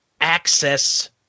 access